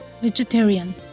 vegetarian